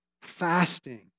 fasting